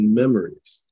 memories